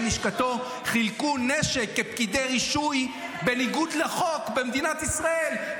לשכתו חילקו נשק כפקידי רישוי בניגוד לחוק במדינת ישראל,